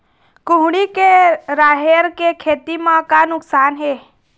कुहड़ी के राहेर के खेती म का नुकसान हे?